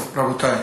טוב, רבותי.